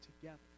together